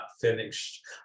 finished